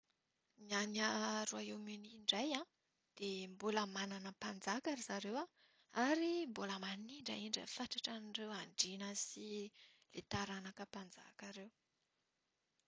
Ny any Royaume-Uni indray dia mbola manana mpanjakary zareo an, ary mbola manindrahindra fatratra ireo andriana sy ireo taranaka mpanjaka ireo.